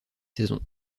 saison